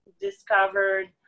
discovered